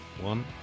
one